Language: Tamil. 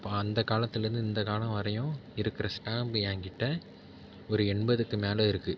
பா அந்த காலத்துலேருந்து இந்த காலம் வரையும் இருக்கிற ஸ்டாம்பு என்கிட்ட ஒரு எண்பதுக்கு மேல் இருக்குது